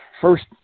first